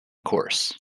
course